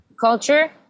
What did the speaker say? culture